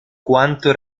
quanto